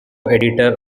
editor